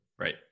Right